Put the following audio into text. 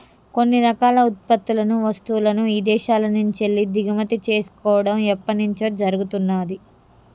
కొన్ని రకాల ఉత్పత్తులను, వస్తువులను ఇదేశాల నుంచెల్లి దిగుమతి చేసుకోడం ఎప్పట్నుంచో జరుగుతున్నాది